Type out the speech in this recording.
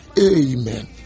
amen